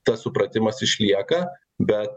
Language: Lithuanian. tas supratimas išlieka bet